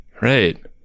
Right